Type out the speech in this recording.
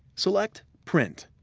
select print.